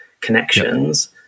connections